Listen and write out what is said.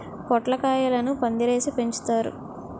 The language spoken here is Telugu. పొట్లకాయలను పందిరేసి పెంచుతారు